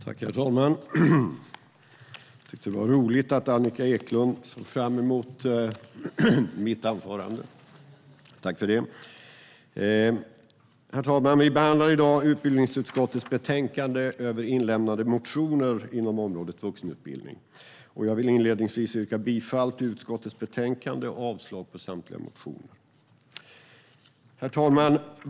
Herr talman! Jag tyckte att det var roligt att höra att Annika Eclund ser fram emot mitt anförande. Tack för det! Herr talman! Vi behandlar i dag utbildningsutskottets betänkande över inlämnade motioner inom området vuxenutbildning. Jag inleder med att yrka bifall till förslaget i betänkandet och avslag på samtliga motioner. Herr talman!